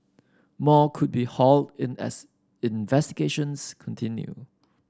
more could be hauled in as investigations continue